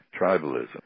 tribalism